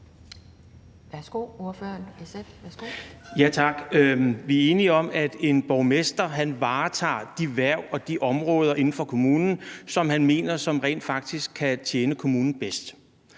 Bjergskov Larsen (SF): Tak. Vi er enige om, at en borgmester varetager de hverv og de områder inden for kommunen, som han mener rent faktisk kan tjene kommunen bedst.